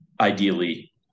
ideally